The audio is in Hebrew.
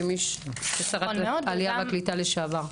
כשרת העלייה והקליטה לשעבר.